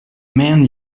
men